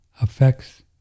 affects